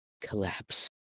collapse